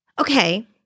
okay